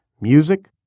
music